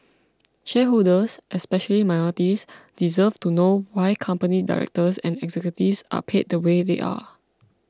shareholders especially minorities deserve to know why company directors and executives are paid the way they are